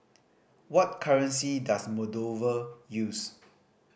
what currency does Moldova use